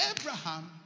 Abraham